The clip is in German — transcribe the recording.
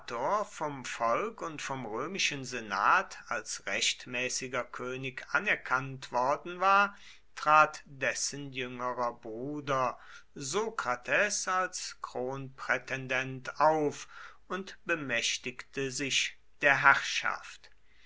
vom volk und vom römischen senat als rechtmäßiger könig anerkannt worden war trat dessen jüngerer bruder sokrates als kronprätendent auf und bemächtigte sich der herrschaft